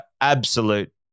absolute